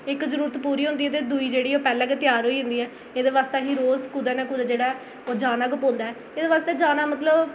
इक जरुरत पूरी होंदी ते दूई जेह्ड़ी ऐ ओह् पैह्लें गै त्यार होई जंदी ऐ एह्दे आस्तै असें ई रोज कुतै न कुतै जेह्ड़ा ऐ ओह् जाना गै पौंदा ऐ एह्दे आस्तै जाना मतलब